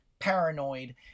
Paranoid